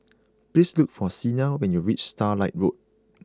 please look for Cena when you reach Starlight Road